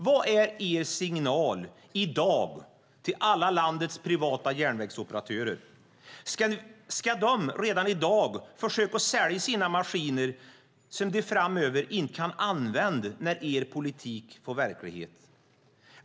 Vad är er signal i dag till alla landets privata järnvägsoperatörer? Ska de redan i dag försöka sälja sina maskiner som de framöver inte kan använda när er politik blir verklighet?